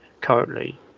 currently